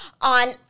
on